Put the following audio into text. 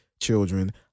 children